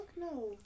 no